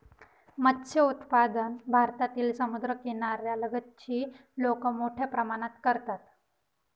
मत्स्य उत्पादन भारतातील समुद्रकिनाऱ्या लगतची लोक मोठ्या प्रमाणात करतात